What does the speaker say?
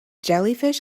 jellyfish